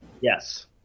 Yes